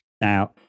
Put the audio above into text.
Now